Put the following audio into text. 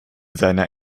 seiner